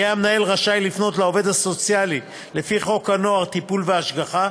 יהיה המנהל רשאי לפנות לעובד הסוציאלי לפי חוק הנוער (טיפול והשגחה),